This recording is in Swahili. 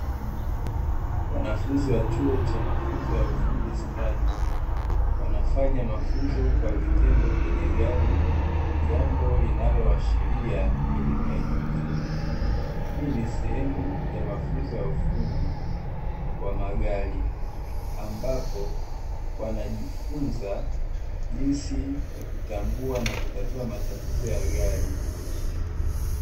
Wanafunzi wa chuo cha mafunzo ya ufundi stadi wanafanya mafunzo kwa vitendo kwenye gari, jambo linaloashiria elimu ya kiufundi, hii ni sehemu ya mafunzo ya ufundi wa magari ambapo wanajifunza jinsi ya kutambua na kutatua matatizo ya gari.